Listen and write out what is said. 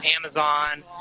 Amazon